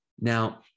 Now